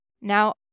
Now